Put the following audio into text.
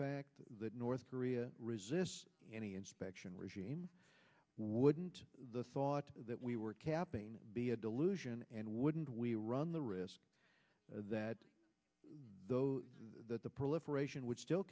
fact that north korea resists any inspection regime wouldn't the thought that we were capping be a delusion and wouldn't we run the risk that that the proliferation would still